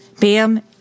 Bam